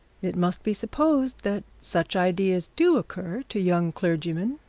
it must be supposed that such ideas do occur to young clergymen,